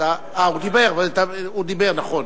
הוא דיבר, נכון.